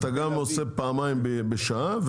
אתה גם עושה פעמיים בשעה,